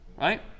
right